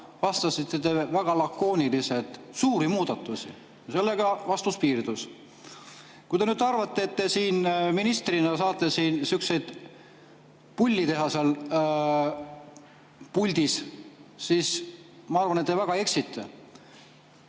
vastasite te väga lakooniliselt: suuri muudatusi. Sellega vastus piirdus. Kui te nüüd arvate, et te ministrina saate pulli teha seal puldis, siis ma arvan, et te väga eksite.